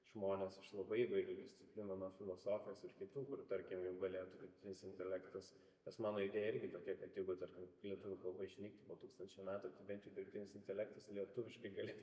žmones iš labai įvairių disciplinų nuo filosofijos ir kitų kur tarkim jau galėtų dirbtinis intelektas nes mano idėja irgi tokia kad jeigu tarkim lietuvių kalba išnyks po tūkstančio metų tai bent jau dirbtinis intelektas lietuviškai galės